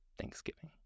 Thanksgiving